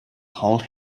hold